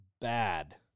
Bad